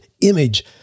image